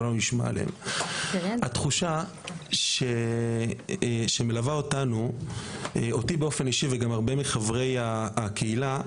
התחושה שמלווה אותי באופן אישי והרבה מחברי הקהילה,